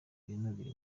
binubira